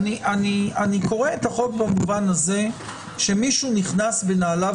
אני קורא את החוק במובן הזה שמישהו נכנס בנעליו